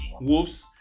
Wolves